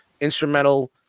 instrumental